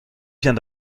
vient